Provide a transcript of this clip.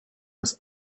has